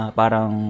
parang